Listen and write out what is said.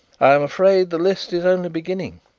i am afraid the list is only beginning,